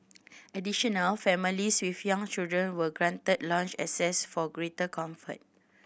additional families with young children were granted lounge access for greater comfort